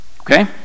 Okay